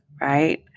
right